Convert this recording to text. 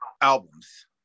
albums